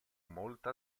molto